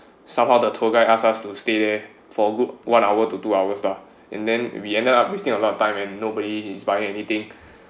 somehow the tour guide ask us to stay there for good one hour to two hours lah and then we ended up wasting a lot of time and nobody is buying anything